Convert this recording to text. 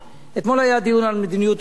אתמול היה דיון על מדיניות המס.